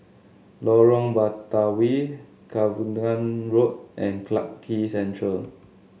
Lorong Batawi Cavenagh Road and Clarke Quay Central